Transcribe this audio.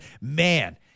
man